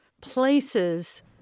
places